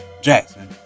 Jackson